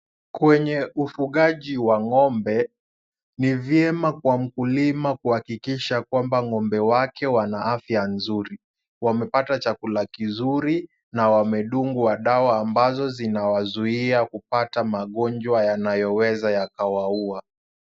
Kwenye ufugaji wa ng'ombe, ni vyema kwa mkulima kuhakikisha kwamba ngombe wake wana afya nzuri, wamepata chakula kizuri na wamedungwa dawa ambazo zinawazuia kupata magonjwa yanayoweza yakawaua.